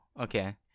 okay